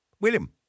William